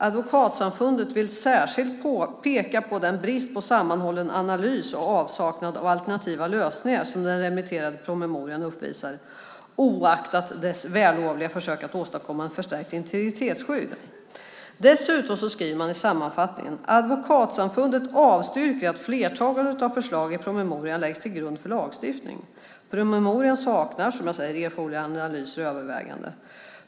Advokatsamfundet vill särskilt peka på den brist på sammanhållen analys och avsaknad av alternativa lösningar som den remitterade promemorian uppvisar, oaktat dess vällovliga försök att åstadkomma ett förstärkt integritetsskydd. Dessutom skriver man i sammanfattningen att Advokatsamfundet avstyrker att flertalet av förslagen i promemorian läggs till grund för lagstiftning. Promemorian saknar - som jag säger - erforderliga analyser och överväganden.